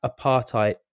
apartheid